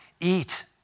Eat